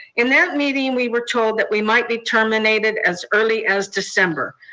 in that meeting we were told that we might be terminated as early as december.